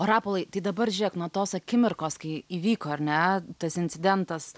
o rapolai tai dabar žiūrėk nuo tos akimirkos kai įvyko ar ne tas incidentas